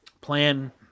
plan